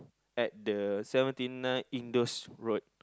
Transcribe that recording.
at the seventy nine in those road